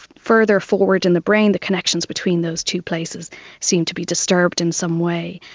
further forward in the brain, the connections between those two places seem to be disturbed in some way.